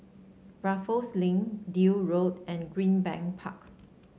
Raffles Link Deal Road and Greenbank Park